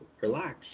relax